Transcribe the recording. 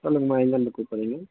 சொல்லுங்கமா எங்கிருந்து கூப்பிட்றீங்க